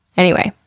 anyway,